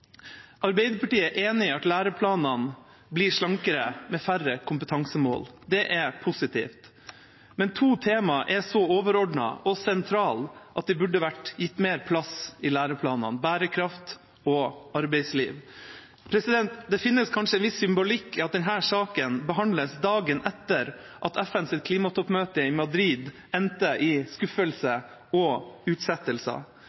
Arbeiderpartiet er enig i at læreplanene blir slankere med færre kompetansemål. Det er positivt. Men to tema er så overordnede og sentrale at de burde vært gitt mer plass i læreplanene – bærekraft og arbeidsliv. Det finnes kanskje en viss symbolikk i at denne saken behandles dagen etter at FNs klimatoppmøte i Madrid endte i